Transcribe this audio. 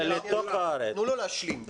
תנו לו להשלים,